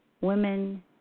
women